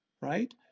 right